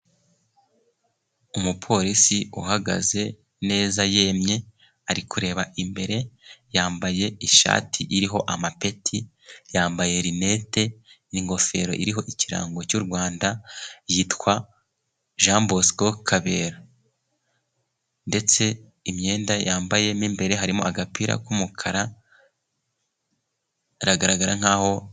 Umuporisi uhagaze neza yemye, ari kureba imbere, yambaye ishati iriho amapeti, yambaye rinete, n'ingofero iriho ikirango cy'u Rwanda, yitwa Jean Bosco KABERA. Ndetse imyenda yambaye mo imbere harimo agapira k'umukara, aragaragara n'kaho..